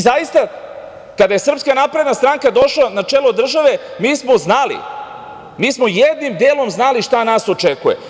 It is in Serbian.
Zaista, kada je SNS došla na čelo države, mi smo znali, mi smo jednim delom znali šta nas očekuje.